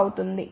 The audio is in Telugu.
కాబట్టి s jω